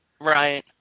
right